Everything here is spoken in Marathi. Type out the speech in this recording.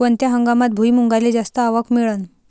कोनत्या हंगामात भुईमुंगाले जास्त आवक मिळन?